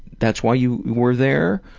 that's why you were there?